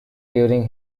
during